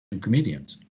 comedians